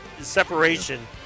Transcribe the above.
separation